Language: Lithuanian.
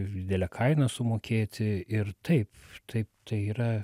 didelę kainą sumokėti ir taip taip tai yra